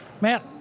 Matt